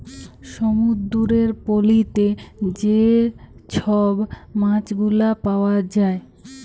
সমুদ্দুরের পলিতে যে ছব মাছগুলা পাউয়া যায়